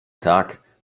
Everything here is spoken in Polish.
tak